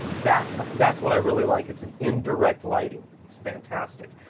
that's that's what i really like. it's an indirect lighting. it's fantastic.